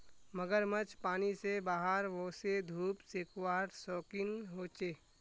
मगरमच्छ पानी से बाहर वोसे धुप सेकवार शौक़ीन होचे